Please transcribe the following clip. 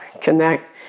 connect